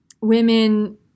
Women